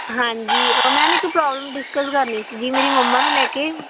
ਹਾਂਜੀ ਮੈਮ ਇੱਕ problem discuss ਕਰਨੀ ਸੀ ਜੀ ਮੇਰੀ ਮੰਮਾ ਨੂੰ ਲੈ ਕੇ